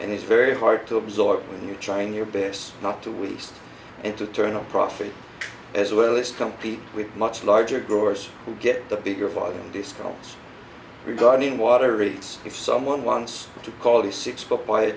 and it's very hard to absorb when you're trying your best not to waste and to turn a profit as well as compete with much larger growers who get the bigger via discounts regarding water rates if someone wants to call the six